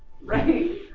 Right